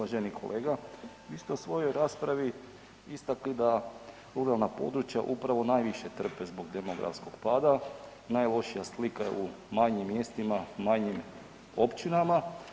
Uvaženi kolega, vi ste u svojoj raspravi istakli da ruralna područja upravo najviše trpe zbog demografskog pada, najlošija slika je u manjim mjestima, u manjim općinama.